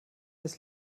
des